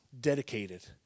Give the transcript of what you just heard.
dedicated